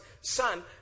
Son